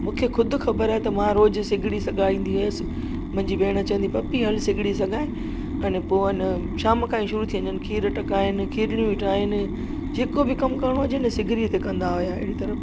मूंखे ख़ुदि ख़बर आहे त मां रोज़ु सिगिड़ी सॻाईंदी हुयसि मुंहिंजी भेण चवंदी पप्पी हलु सिगिड़ी सॻाए आने पोइ आहे न शाम खां ई शुरू थी वञनि खीर टकाहिनि खीरणियूं ठाहिनि जेको बि कमु करिणो हुजेनि न ते कंदा हुया अहिड़ी तरह